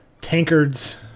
tankards